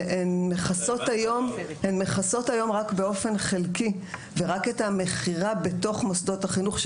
הן מכסות היום רק באופן חלקי ורק את המכירה בתוך מוסדות החינוך.